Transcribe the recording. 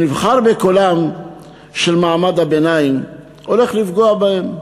שנבחר בקולותיהם של מעמד הביניים, הולך לפגוע בהם.